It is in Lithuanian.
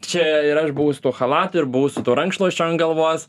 čia ir aš buvau su tuo chalatu ir buvau su tuo rankšluosčiu ant galvos